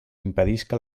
impedisca